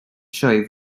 sioe